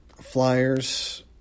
Flyers